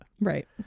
Right